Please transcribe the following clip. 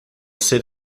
sit